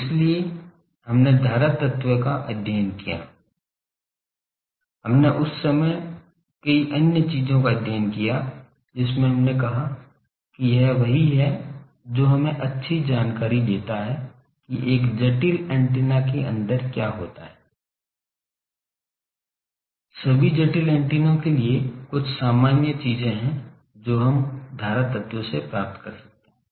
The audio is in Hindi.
तो इसीलिए हमने धारा तत्व का अध्ययन किया हमने उस समय कई अन्य चीजों का अध्ययन किया जिसमें हमने कहा कि यह वही है जो हमें अच्छी जानकारी देता है की एक जटिल एंटीना के अंदर क्या होता है सभी जटिल एंटीना के लिए कुछ सामान्य चीजें हैं जो हम धारा तत्व से प्राप्त करते हैं